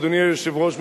אדוני היושב-ראש,